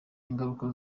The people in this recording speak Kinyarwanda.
ingaruka